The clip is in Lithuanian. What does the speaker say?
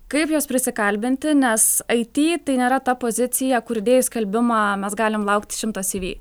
kaip juos prisikalbinti nes it tai nėra ta pozicija kur įdėjus skelbimą mes galim laukti šimto cv